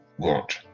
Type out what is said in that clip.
God